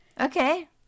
okay